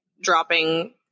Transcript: dropping